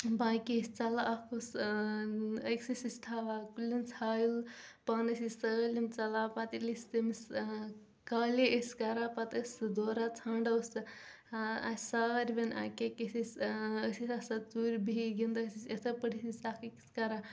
باقٕے ٲسۍ ژلان اکھ اوس أکِس ٲسۍ تھاوان کلٮ۪ن ژھایُل پانہٕ ٲسۍ أسۍ سٲلِم ژلان پتہٕ ییٚلہ أسۍ تٔمِس کالے ٲسۍ کران پتہِ اوس سُہ دوران ژھانران اوس سُہ اسہِ ساروٕین اکہِ اکہِ أسۍ ٲسۍ آسان ژوٗرٕ بِہتھ گِنٛدان یِتھے پٲٹھۍ ٲسۍ أسۍ اکھ أکِس کران